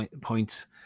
points